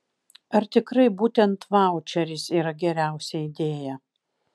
ar tikrai būtent vaučeris yra geriausia idėja